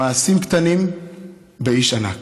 מעשים קטנים באיש ענק.